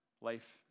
life